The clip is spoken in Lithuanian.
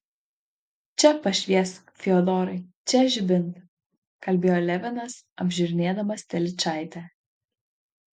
čia pašviesk fiodorai čia žibintą kalbėjo levinas apžiūrinėdamas telyčaitę